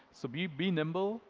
so be be nimble,